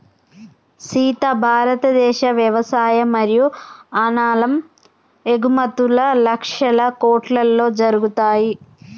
సీత భారతదేశ వ్యవసాయ మరియు అనాలం ఎగుమతుం లక్షల కోట్లలో జరుగుతాయి